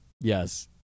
yes